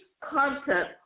content